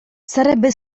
sarebbe